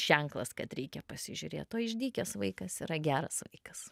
ženklas kad reikia pasižiūrėt o išdykęs vaikas yra geras vaikas